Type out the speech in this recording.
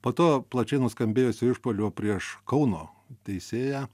po to plačiai nuskambėjusio išpuolio prieš kauno teisėją